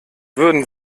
würden